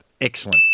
Excellent